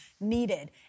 needed